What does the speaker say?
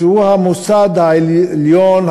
שהוא המוסד העליון,